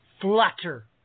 flutter